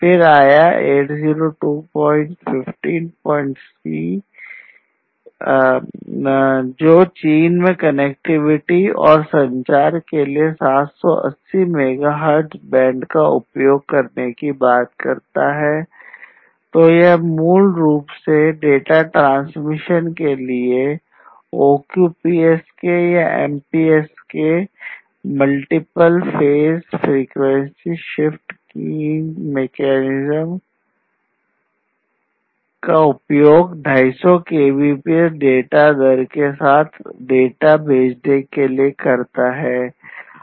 फिर आया 802154c जो चीन में कनेक्टिविटी और संचार डेटा दर के साथ डाटा भेजने के लिए करता है